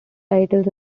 titles